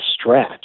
stretch